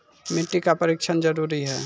मिट्टी का परिक्षण जरुरी है?